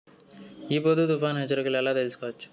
ఈ పొద్దు తుఫాను హెచ్చరికలు ఎలా తెలుసుకోవచ్చు?